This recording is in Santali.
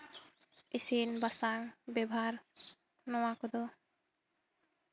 ᱤᱥᱤᱱ ᱵᱟᱥᱟᱝ ᱵᱮᱵᱷᱟᱨ ᱱᱚᱣᱟ ᱠᱚᱫᱚ